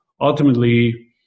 ultimately